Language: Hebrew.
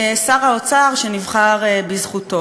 שר האוצר שנבחר בזכותו?